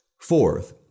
Fourth